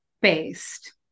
based